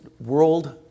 world